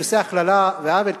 אני עושה הכללה ועוול,